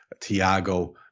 tiago